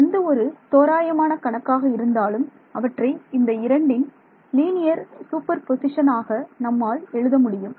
எந்த ஒரு தோராயமான கணக்காக இருந்தாலும் அவற்றை இந்த இரண்டின் லீனியர் சூப்பர்பொசிஷனாக நம்மால் எழுத முடியும்